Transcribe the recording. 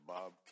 Bob